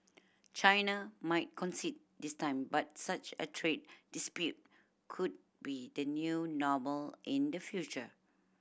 China might concede this time but such a trade dispute could be the new normal in the future